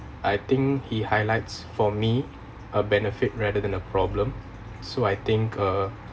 I think he highlights for me a benefit rather than a problem so I think uh